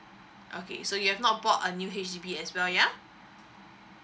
okay so you have not bought a new H_D_B as well yeah